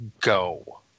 Go